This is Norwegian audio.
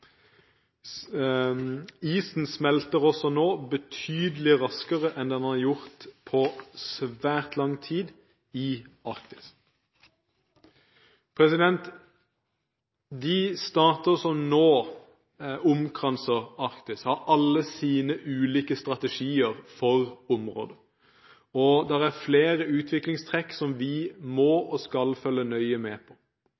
Isen smelter også nå betydelig raskere enn den har gjort på svært lang tid i Arktis. De stater som nå omkranser Arktis, har alle sine ulike strategier for området, og det er flere utviklingstrekk som vi må og skal følge nøye med på: